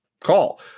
call